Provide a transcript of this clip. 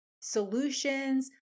solutions